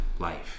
life